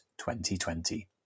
2020